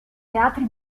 teatri